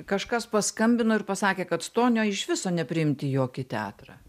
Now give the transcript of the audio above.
kažkas paskambino ir pasakė kad stonio iš viso nepriimti į jokį teatrą